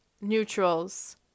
neutrals